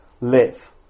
live